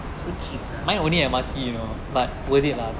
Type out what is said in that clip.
so cheap sia